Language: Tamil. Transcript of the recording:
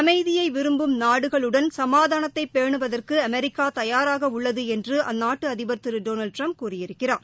அமைதியை விரும்பும் நாடுகளுடன் சுமாதானத்தை பேனுவதற்கு அமெரிக்கா தயாராக உள்ளது என்று அந்நாட்டு அதிபர் திரு டொனால்டு ட்டிரம்ப் கூறியிருக்கிறார்